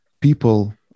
people